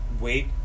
wait